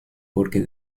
porque